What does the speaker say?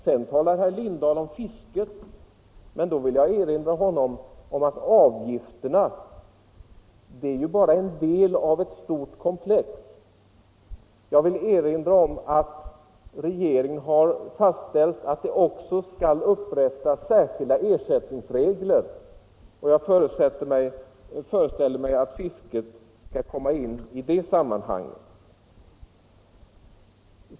Sedan talar herr Lindahl om fisket. Men då vill jag erinra honom om att avgifterna bara är en del av ett stort komplex. Regeringen har fastställt att det också skall upprättas särskilda ersättningsregler, och jag föreställer mig att fisket skall komma in i det sammanhanget.